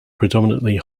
predominately